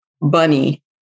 bunny